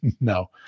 No